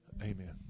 Amen